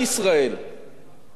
לאזרחי ישראל,